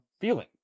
feeling